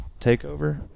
takeover